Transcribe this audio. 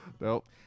Nope